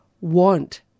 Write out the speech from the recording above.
want